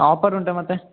offer ಉಂಟಾ ಮತ್ತೆ